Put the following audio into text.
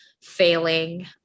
failing